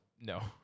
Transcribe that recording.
no